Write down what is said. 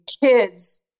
kids